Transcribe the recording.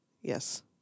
yes